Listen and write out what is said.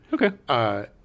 Okay